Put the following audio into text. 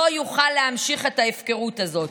לא יוכל להמשיך את ההפקרות הזאת.